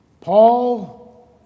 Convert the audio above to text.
Paul